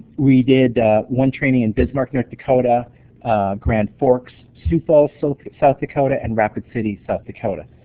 we did one training in bismarck, north dakota grand forks sioux falls, south south dakota and rapid city, south dakota.